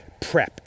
prepped